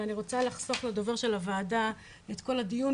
ואני רוצה לחסוך לדובר של הועדה את כל הדיון,